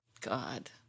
God